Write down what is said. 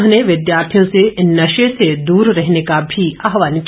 उन्होंने विद्यार्थियों से नशे से दूर रहने का भी आह्वान किया